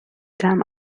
damn